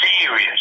serious